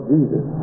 Jesus